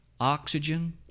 oxygen